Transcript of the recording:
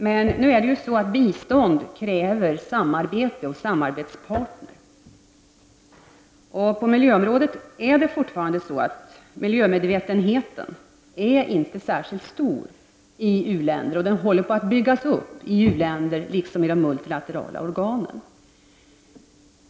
Men bistånd kräver ju samarbete och samarbetspartner. Miljömedvetenheten är ännu inte särskilt stor i u-länder. Den håller på att byggas upp i u-länder, liksom i de multilaterala organen.